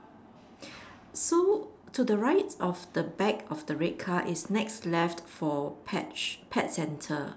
so to the right of the back of the red car is next left for pet pet center